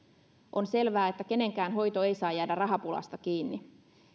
on selvää että kenenkään hoito ei saa jäädä rahapulasta kiinni